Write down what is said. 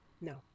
no